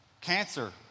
cancer